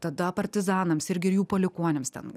tada partizanams irgi ir jų palikuonims ten